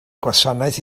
gwasanaeth